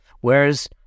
Whereas